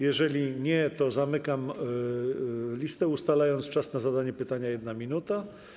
Jeżeli nie, to zamykam listę, ustalając czas na zadanie pytania - 1 minuta.